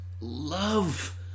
love